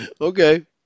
Okay